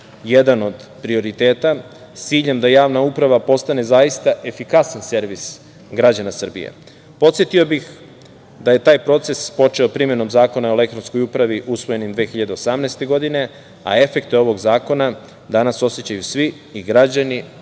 jedan od prioriteta , s ciljem da javna uprava postane zaista efikasan servis građana Srbije. Podsetio bih da je taj proces počeo primenom zakona o elektronskoj upravi, koji je usvojen 2018. godine, a efekte ovog zakona, danas osećaju svi i građani,